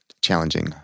challenging